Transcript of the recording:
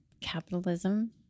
capitalism